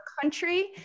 country